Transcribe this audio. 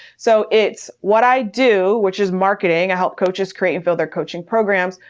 so it's what i do, which is marketing. i help coaches create and build their coaching programs.